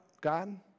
God